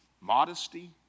modesty